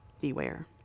beware